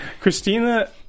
Christina